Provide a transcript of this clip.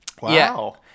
Wow